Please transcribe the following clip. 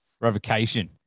revocation